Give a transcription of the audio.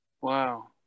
Wow